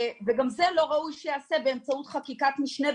וגם זה לא ראוי שייעשה באמצעות חקיקת משנה,